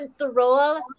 control